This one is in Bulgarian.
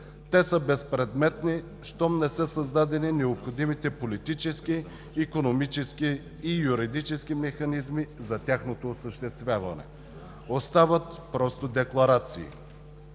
Те са безпредметни, щом не са създадени необходимите политически, икономически и юридически механизми за тяхното осъществяване. Остават просто декларации.